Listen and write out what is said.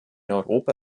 europa